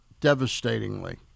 devastatingly